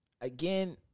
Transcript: Again